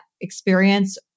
experience